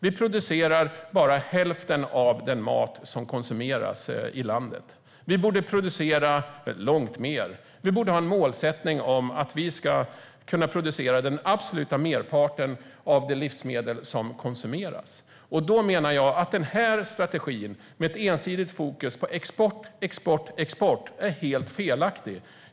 Vi producerar bara hälften av den mat som konsumeras i landet. Vi borde producera långt mer. Vi borde ha en målsättning om att vi ska kunna producera den absoluta merparten av de livsmedel som konsumeras. Då menar jag att den här strategin med ett ensidigt fokus på export, export och export är helt felaktig.